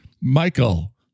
Michael